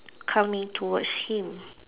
coming towards him